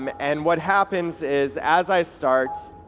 um and what happens is as i start,